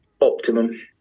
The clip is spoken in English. optimum